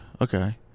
okay